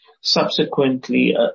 Subsequently